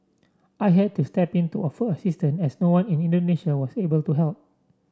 I had to step in to offer assistance as no one in Indonesia was able to help